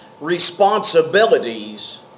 responsibilities